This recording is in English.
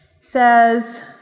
Says